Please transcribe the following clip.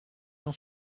j’en